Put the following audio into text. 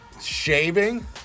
Shaving